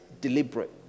deliberate